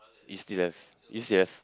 do you still have do you still have